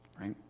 Right